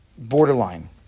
borderline